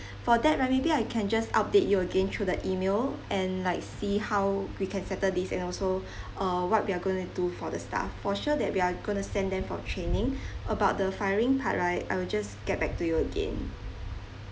for that right maybe I can just update you again through the email and like see how we can settle this and also uh what we are going to do for the staff for sure that we are going to send them for training about the firing part right I will just get back to you again